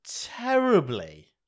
terribly